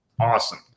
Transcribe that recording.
Awesome